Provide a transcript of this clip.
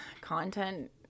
content